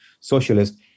socialist